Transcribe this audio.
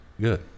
Good